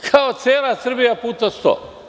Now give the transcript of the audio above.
Kao cela Srbija puta sto.